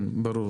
כן, ברור.